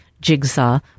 jigsaw